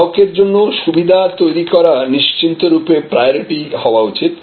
গ্রাহকের জন্য সুবিধা তৈরি করা নিশ্চিতরূপে প্রায়ারিটি হওয়া উচিত